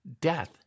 Death